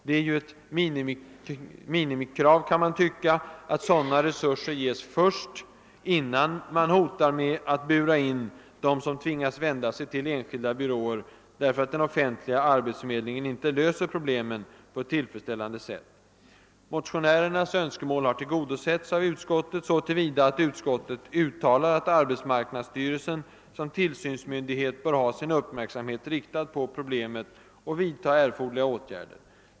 Det är ett minimikrav, kan man tycka, att sådana resurser ges innan man hotar med att bura in dem som tvingas vända sig till enskilda byråer, därför att den offentliga arbetsförmedlingen inte löser deras problem på ett tillfredsställande sätt. Motionärernas önskemål har tillgodosetts av utskottet så till vida att utskottet uttalar, att arbetsmarknadsstyrelsen som tillsynsmyndighet bör ha sin uppmärksamhet riktad på problemet och vidta erforderliga åtgärder.